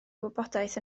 wybodaeth